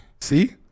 See